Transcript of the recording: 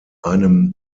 einem